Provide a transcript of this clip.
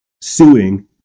suing